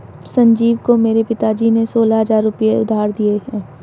संजीव को मेरे पिताजी ने सोलह हजार रुपए उधार दिए हैं